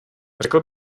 řekl